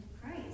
Christ